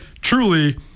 truly